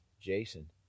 Jason